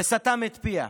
וסתם את פיה.